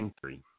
three